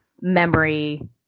memory